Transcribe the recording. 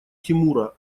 тимура